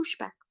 pushback